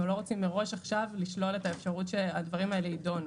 לא רוצים מראש עכשיו לשלול את האפשרות שהדברים האלה יידונו.